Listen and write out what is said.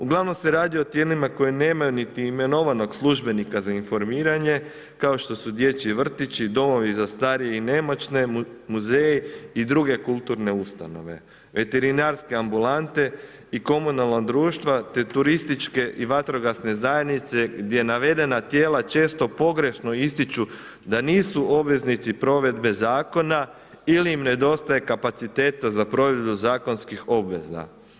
Uglavnom se radi o tijelima koje nemaju niti imenovanog službenika za informiranje kao što su dječji vrtići, domovi za starije i nemoćne, muzeji i druge kulturne ustanove, veterinarske ambulante i komunalna društva te turističke i vatrogasne zajednice gdje navedena tijela često pogrešno ističu da nisu obveznici provedbe zakona ili im nedostaje kapaciteta za provedbu zakonskih obveza.